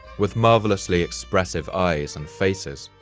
with marvelously expressive eyes and faces.